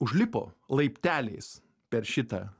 užlipo laipteliais per šitą